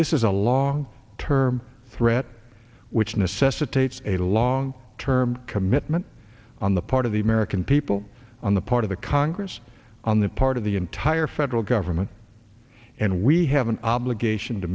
this is a long term threat which necessitates a long term commitment on the part of the american people on the part of the congress on the part of the entire federal government and we have an obligation to